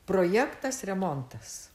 projektas remontas